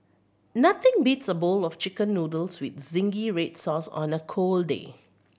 nothing beats a bowl of Chicken Noodles with zingy red sauce on a cold day